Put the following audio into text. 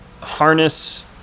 harness